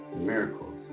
miracles